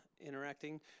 interacting